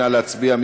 נא להצביע.